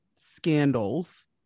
scandals